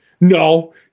no